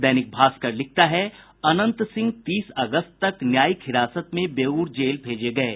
दैनिक भास्कर लिखता है अनंत सिंह तीस अगस्त तक न्यायिक हिरासत में बेउर जेल भेजे गये